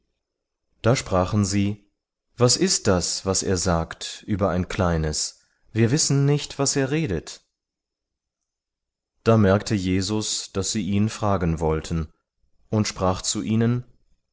da sprachen sie was ist das was er sagt über ein kleines wir wissen nicht was er redet da merkte jesus daß sie ihn fragen wollten und sprach zu ihnen